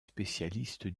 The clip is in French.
spécialistes